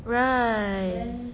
right